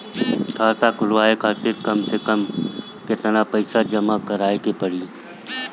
खाता खुलवाये खातिर कम से कम केतना पईसा जमा काराये के पड़ी?